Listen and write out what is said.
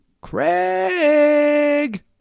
Craig